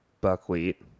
Buckwheat